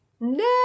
No